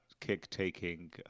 kick-taking